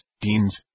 deans